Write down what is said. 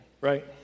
right